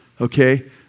Okay